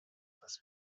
dass